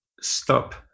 stop